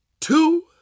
two